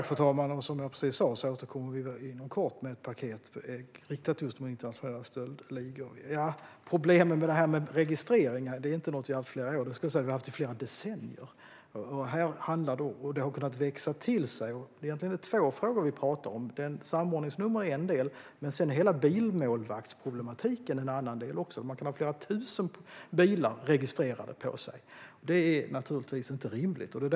Fru talman! Som jag precis sa återkommer vi inom kort med ett paket riktat mot just internationella stöldligor. Problemet med registreringar har vi inte haft i flera år utan i flera decennier, och det har kunnat växa till sig. Egentligen är det två frågor vi talar om. Samordningsnummer är en del och bilmålvaktsproblematiken en annan. Att man kan ha flera tusen bilar registrerade på sig är givetvis inte rimligt.